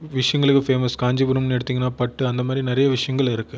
விஷயங்களுக்கு ஃபேமஸ் காஞ்சிபுரம்னு எடுத்தீங்கனால் பட்டு அந்த மாதிரி நிறைய விஷியங்கள் இருக்குது